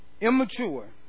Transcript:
Immature